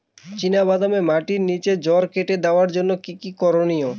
চিনা বাদামে মাটির নিচে জড় কেটে দেওয়ার জন্য কি কী করনীয়?